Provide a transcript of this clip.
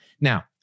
Now